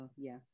yes